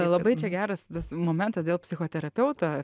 labai čia geras tas momentas dėl psichoterapeuto